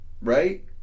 Right